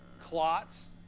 clots